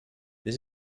this